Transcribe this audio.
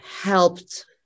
helped